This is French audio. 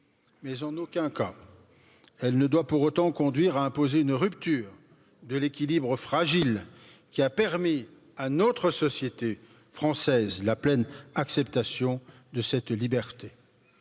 mais en aucun cas elle ne doit pour autant conduire à imposer une rupture de l'équilibre fragile qui a permis à notre société française la pleine acceptation de cette liberté.